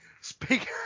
speak